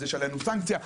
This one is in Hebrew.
אז יש עלינו סנקציה.